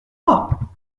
pas